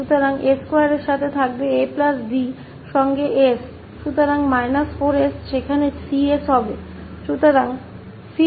तोसाथ s2 के हमारे पास 𝐴 𝐵 होगा s के साथ हम यहां −4𝑠 होंगे और 𝐶𝑠 होगा